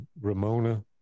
ramona